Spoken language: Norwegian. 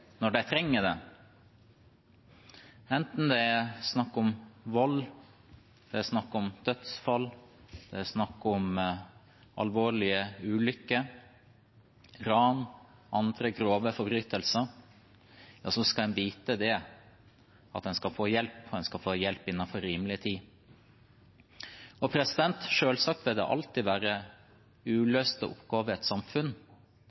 når de trenger det, enten det er snakk om vold, dødsfall, alvorlige ulykker, ran eller andre grove forbrytelser. En skal vite at en skal få hjelp, og en skal få hjelp innen rimelig tid. Selvsagt vil det alltid være uløste oppgaver i et samfunn,